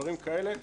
דברים כאלה,